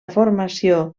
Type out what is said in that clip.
formació